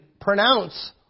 pronounce